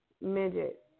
Midget